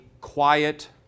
quiet